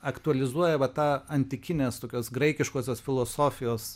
aktualizuoja va tą antikinės tokios graikiškosios filosofijos